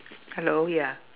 hello ya